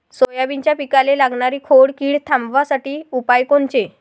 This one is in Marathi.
सोयाबीनच्या पिकाले लागनारी खोड किड थांबवासाठी उपाय कोनचे?